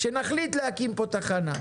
שנחליט להקים פה תחנה.